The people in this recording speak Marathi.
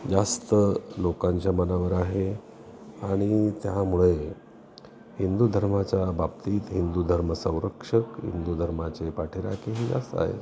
जास्त लोकांच्या मनावर आहे आणि त्यामुळे हिंदू धर्माच्या बाबतीत हिंदू धर्म संरक्षक हिंदू धर्माचे पाठीराखेही जास्त आहेत